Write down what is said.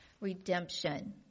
redemption